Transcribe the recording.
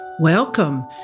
Welcome